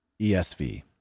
ESV